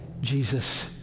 Jesus